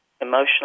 emotional